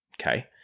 okay